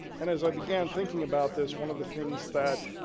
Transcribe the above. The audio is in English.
and as i began thinking about this, one of the things that